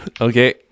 Okay